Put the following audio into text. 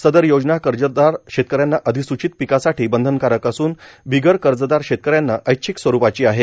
सदर योजना कर्जदार शेतकऱ्यांना अधिसूचित पीकासाठी बंधनकारक असून बिगर कर्जदार शेतकऱ्यांना ऐच्छीक स्वरुपाची आहे